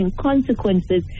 consequences